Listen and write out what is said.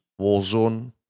Warzone